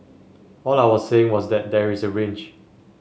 all I was saying was that there is a range